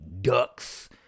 ducks